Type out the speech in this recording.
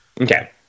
Okay